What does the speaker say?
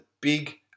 big